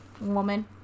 woman